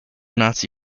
nazi